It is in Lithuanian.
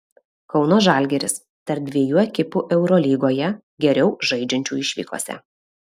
kauno žalgiris tarp dviejų ekipų eurolygoje geriau žaidžiančių išvykose